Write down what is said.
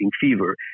fever